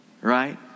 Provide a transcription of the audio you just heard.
Right